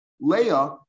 Leah